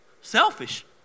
Selfish